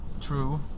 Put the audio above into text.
True